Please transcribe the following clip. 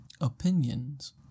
opinions